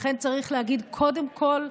לכן צריך להגיד, קודם כול,